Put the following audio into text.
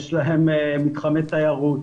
יש להן מתחמי תיירות,